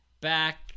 back